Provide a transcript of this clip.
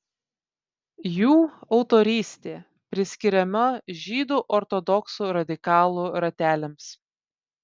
jų autorystė priskiriama žydų ortodoksų radikalų rateliams